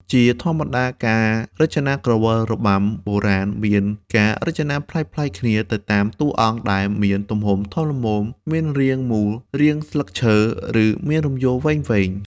ជាធម្មតាការរចនាក្រវិលរបាំបុរាណមានការរចនាប្លែកៗគ្នា ទៅតាមតួអង្គ ដែលមានទំហំធំល្មម មានរាងមូល រាងស្លឹកឈើ ឬមានរំយោលវែងៗ។